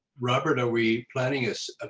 robert, are we planning a